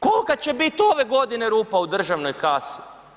Kolika će bit ove godine rupa u državnoj kasi?